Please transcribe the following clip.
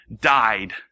died